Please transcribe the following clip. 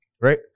right